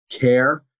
care